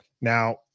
Now